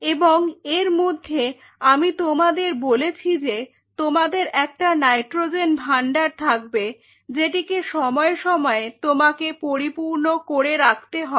এবং এর মধ্যে আমি তোমাদের বলেছি যে তোমাদের একটা নাইট্রোজেন ভান্ডার থাকবে যেটিকে সময়ে সময়ে তোমাকে পরিপূর্ণ করে রাখতে হবে